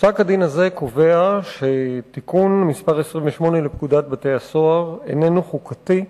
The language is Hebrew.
פסק-הדין קובע שתיקון 28 לתיקון פקודת בתי-הסוהר איננו חוקתי,